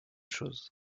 chose